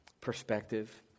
perspective